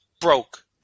broke